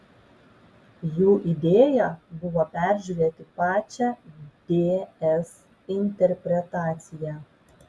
jų idėja buvo peržiūrėti pačią ds interpretaciją